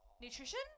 Nutrition